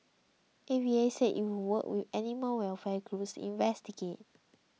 A V A said it would work with animal welfare groups investigate